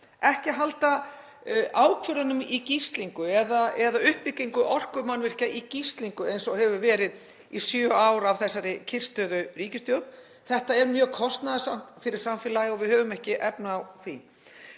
ekki að halda ákvörðunum í gíslingu eða uppbyggingu orkumannvirkja í gíslingu eins og hefur verið í sjö ár af þessari kyrrstöðuríkisstjórn. Þetta er mjög kostnaðarsamt fyrir samfélagið og við höfum ekki efni á því.